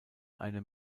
eine